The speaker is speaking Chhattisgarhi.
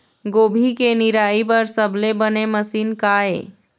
गोभी के निराई बर सबले बने मशीन का ये?